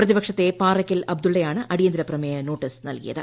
പ്രതിപക്ഷത്തെ പാറയ്ക്കൽ അബ്ദുള്ളയാണ് അടിയന്തര പ്രമേയ നോട്ടീസ് നൽകിയത്